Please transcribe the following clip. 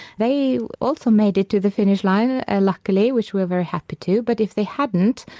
they also made it to the finish line ah ah luckily, which we're very happy too but if they hadn't,